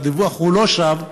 הדיווח הוא לא שווא,